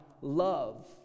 love